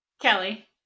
Kelly